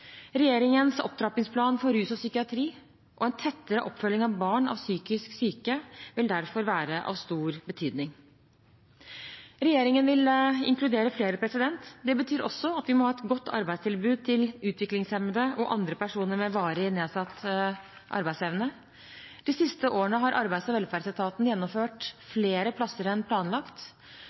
Regjeringens opptrappingsplan for rus og psykiatri, og en tettere oppfølging av barn av psykisk syke, vil derfor være av stor betydning. Regjeringen vil inkludere flere! Det betyr også at vi må ha et godt arbeidstilbud til utviklingshemmede og andre personer med varig nedsatt arbeidsevne. De siste årene har arbeids- og velferdsetaten gjennomført flere plasser enn planlagt.